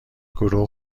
گروه